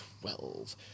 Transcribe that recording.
Twelve